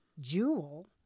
jewel